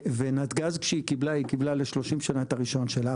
ונתג"ז כשהיא קיבלה היא קיבלה ל-30 שנה את הרישיון שלה,